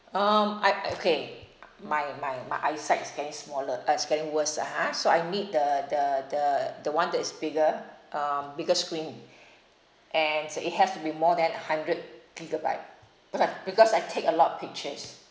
um I uh okay my my my eyesight is getting smaller uh it's getting worse (uh huh) so I need the the the the one that is bigger um bigger screen and it has to be more than a hundred gigabyte because I take a lot of pictures